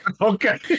Okay